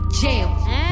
jail